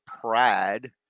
pride